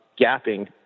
gapping